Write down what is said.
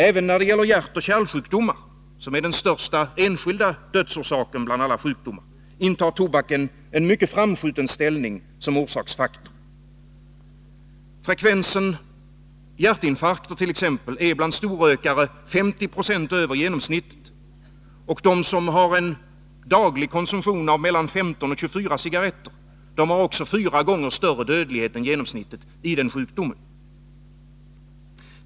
Även då det gäller hjärtoch kärlsjukdomar, som är de största enskilda dödsorsakerna bland alla sjukdomar, intar tobaken en mycket framskjuten ställning som orsaksfaktor. Frekvensen av hjärtinfarkt är t.ex. bland storrökare 50 920 över genomsnittet. De som har en daglig konsumtion av mellan 15 och 24 cigaretter har fyra gånger större dödlighet än genomsnittet i den sjukdomen.